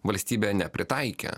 valstybėje nepritaikė